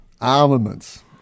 armaments